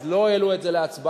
אז לא העלו את זה להצבעה,